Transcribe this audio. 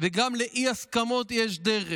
וגם לאי-הסכמות יש דרך,